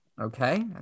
Okay